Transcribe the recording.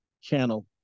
channel